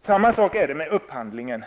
Samma sak är det med upphandlingen.